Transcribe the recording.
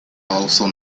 also